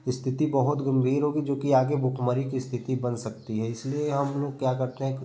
स्थिति बहुत गंभीर होगी जोकि आगे भुखमरी की स्थिति बन सकती है इसलिए हम लोग क्या करते हैं